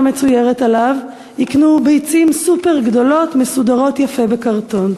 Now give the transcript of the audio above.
מצוירת עליו/ יקנו ביצים סופר גדולות/ מסודרות יפה בקרטון."